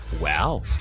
Wow